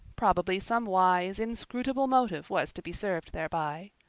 probably some wise, inscrutable motive was to be served thereby.